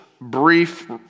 brief